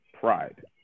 pride